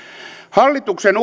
hallituksen